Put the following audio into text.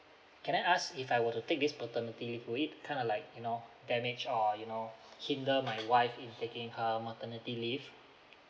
can I ask if I were to take this paternity leave would it kind of like you know damage or you know kinder my wife in taking her maternity leave